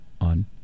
on